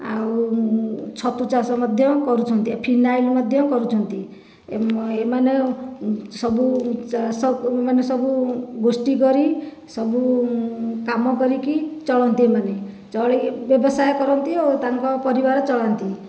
ଆଉ ଛତୁ ଚାଷ ମଧ୍ୟ କରୁଛନ୍ତି ଫିନାଇଲ ମଧ୍ୟ କରୁଛନ୍ତି ଏମାନେ ସବୁ ଚାଷ ମାନେ ସବୁ ଗୋଷ୍ଠି କରି ସବୁ କାମ କରିକି ଚଳନ୍ତି ଏମାନେ ଚଳି ବ୍ୟବସାୟ କରନ୍ତି ଆଉ ତାଙ୍କ ପରିବାର ଚଳାନ୍ତି